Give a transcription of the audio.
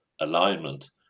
alignment